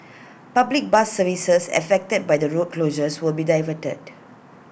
public bus services affected by the road closures will be diverted